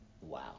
wow